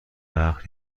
وقت